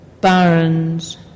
barons